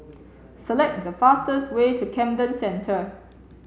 select the fastest way to Camden Centre